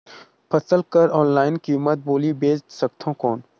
फसल कर ऑनलाइन कीमत बोली बेच सकथव कौन?